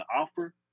offer